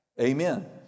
Amen